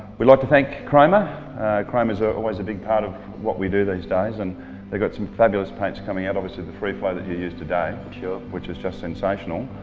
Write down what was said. we'd like to thank chroma chroma's ah always a big part of what we do these days. and they've got some fabulous paints coming out, obviously the free flow that you used today. sure. which is just sensational.